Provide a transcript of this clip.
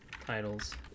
titles